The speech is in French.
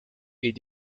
est